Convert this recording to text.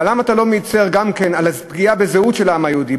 ולמה אתה לא מצר גם כן על הפגיעה בזהות של העם היהודי,